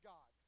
God